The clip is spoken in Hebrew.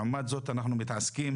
לעומת זה אנחנו מתעסקים